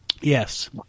Yes